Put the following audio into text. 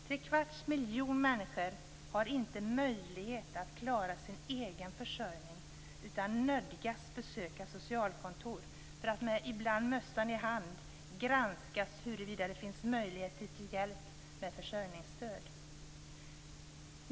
Tre kvarts miljon människor har inte möjlighet att klara sin egen försörjning utan nödgas besöka socialkontor för att, ibland med mössan i hand, granskas med avseende på huruvida det finns möjligheter till hjälp med försörjningsstöd.